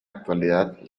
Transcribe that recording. actualidad